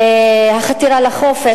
החתירה לחופש,